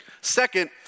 Second